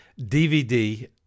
DVD